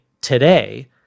today